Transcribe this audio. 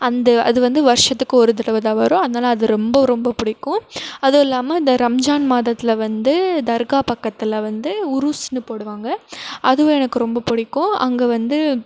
அந்து அது வந்து வருஷத்துக்கு ஒரு தடவை தான் வரும் அதனால் அது ரொம்ப ரொம்ப பிடிக்கும் அதுவும் இல்லாமல் இந்த ரம்ஜான் மாதத்தில் வந்து தர்கா பக்கத்தில் வந்து உருஸ்னு போடுவாங்க அதுவும் எனக்கு ரொம்ப பிடிக்கும் அங்கே வந்து